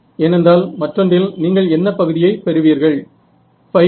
ஏனென்றால் மற்றொன்றில் நீங்கள் என்ன பகுதியை பெறுவீர்கள் x